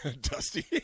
Dusty